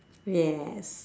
yes